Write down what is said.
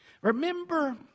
Remember